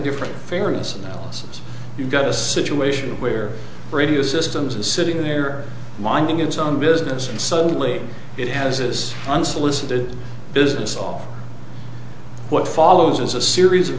different fairness analysis you've got a situation where the radio systems is sitting there minding its own business and suddenly it has this unsolicited business off what follows is a series of